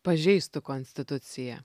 pažeistų konstituciją